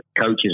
coaches